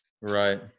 Right